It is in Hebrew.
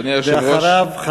ואחריו,